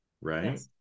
right